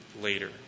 later